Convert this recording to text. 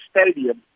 Stadium